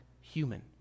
human